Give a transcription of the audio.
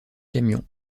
camion